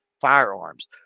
firearms